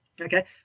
okay